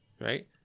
Right